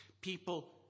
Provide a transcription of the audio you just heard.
People